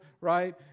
right